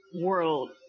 world